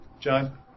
John